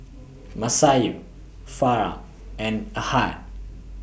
Masayu Farah and Ahad